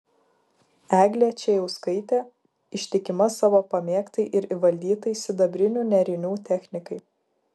eglė čėjauskaitė ištikima savo pamėgtai ir įvaldytai sidabrinių nėrinių technikai